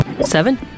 Seven